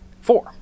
four